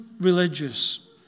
religious